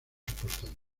importante